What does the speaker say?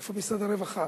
איפה משרד הרווחה?